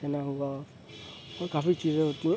چنا ہوا اور کافی چیزیں ہوتی ہیں